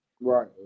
Right